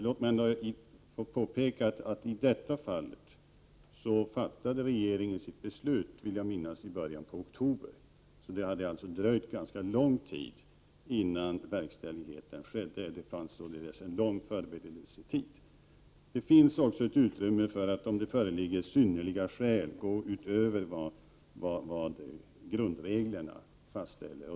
Låt mig ändå få påpeka att regeringen i detta fall fattade sitt beslut i början av oktober, vill jag minnas, och det dröjde ganska länge innan verkställandet skedde. Det fanns således en lång förberedelsetid. Om det föreligger synnerliga skäl finns det också utrymme för att gå utöver vad grundreglerna fastställer.